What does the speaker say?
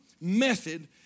method